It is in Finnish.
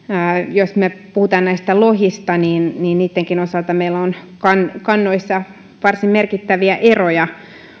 jos me puhumme lohista niin niin niittenkin osalta meillä on kannoissa varsin merkittäviä eroja